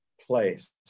place